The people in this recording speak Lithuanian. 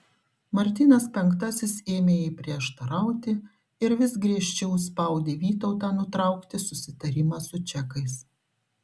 martynas penktasis ėmė jai prieštarauti ir vis griežčiau spaudė vytautą nutraukti susitarimą su čekais